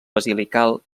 basilical